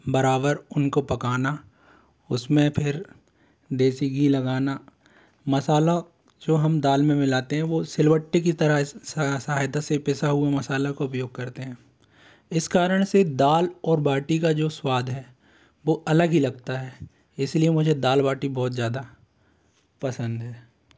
बराबर उनको पकाना उसमें फिर देसी घी लगाना मसाला जो हम दाल में मिलाते हैं वो सिलबट्टी की तरह सहायता से पिसा हुआ मसाला का उपयोग करते हैं इस कारण से दाल और बाटी का जो स्वाद है वो अलग ही लगता है इसलिए मुझे दाल बाटी बहुत ज्यादा पसंद है